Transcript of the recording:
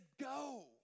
go